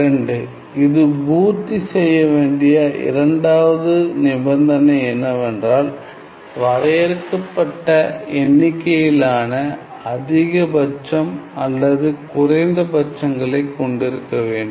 2 இது பூர்த்தி செய்யவேண்டிய இரண்டாவது நிபந்தனை என்னவென்றால் வரையறுக்கப்பட்ட எண்ணிக்கையிலான அதிகபட்சம் அல்லது குறைந்த பட்சங்களை கொண்டிருக்கவேண்டும்